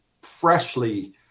freshly